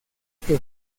que